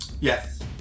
Yes